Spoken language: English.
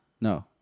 No